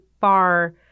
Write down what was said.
far